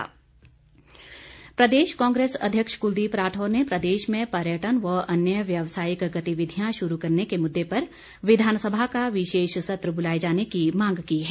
राठौर प्रदेश कांग्रेस अध्यक्ष कुलदीप राठौर ने प्रदेश में पर्यटन व अन्य व्यवसायिक गतिविधियां शुरू करने के मुददे पर विधानसभा का विशेष सत्र बुलाए जाने की मांग की है